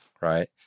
right